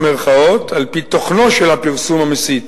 "על-פי תוכנו של הפרסום המסית